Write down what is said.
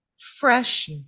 fresh